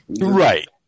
right